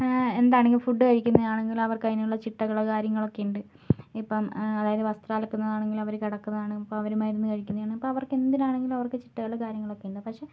എന്താണെങ്കിലും ഫുഡ് കഴിക്കുന്നതാണെങ്കിലും അവർക്ക് അതിനുള്ള ചിട്ടകളും കാര്യങ്ങളുമൊക്കെയുണ്ട് ഇപ്പം അതായത് വസ്ത്രം അലക്കുന്നതാണെങ്കിലും അവർ കിടക്കുന്നതാണ് ഇപ്പം അവർ മരുന്ന് കഴിക്കുന്നതാണ് അപ്പോൾ അവർക്ക് എന്തിനാണെങ്കിലും അവർക്ക് ചിട്ടകളും കാര്യങ്ങളൊക്കെയുണ്ട് പക്ഷെ